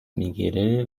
میگیره